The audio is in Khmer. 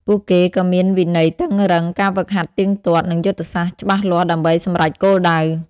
ពួកគេក៏មានវិន័យតឹងរ៉ឹង ការហ្វឹកហាត់ទៀងទាត់ និងយុទ្ធសាស្ត្រច្បាស់លាស់ដើម្បីសម្រេចគោលដៅ។